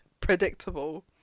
predictable